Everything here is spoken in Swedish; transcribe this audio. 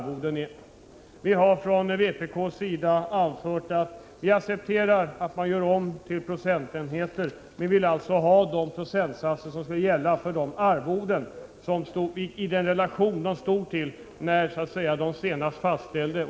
Vi från vpk accepterar att man gör om tilläggsarvodena på så sätt att de skall utgå med viss procent av arvodet som riksdagsledamot, men vi vill att denna höjning skall stå i relation till de värden tilläggsarvodena hade då de senast fastställdes.